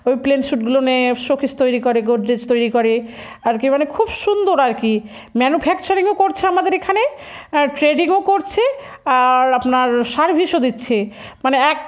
ওই প্লেন শ্যুটগুলো নিয়ে শোকেস তৈরি করে গোডরেজ তৈরি করে আর কি মানে খুব সুন্দর আর কি ম্যানুফ্যাকচারিংও করছে আমাদের এখানে ট্রেডিংও করছে আর আপনার সার্ভিসও দিচ্ছে মানে এক